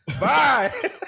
Bye